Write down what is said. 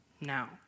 now